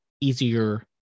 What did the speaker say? easier